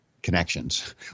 Connections